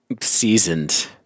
Seasoned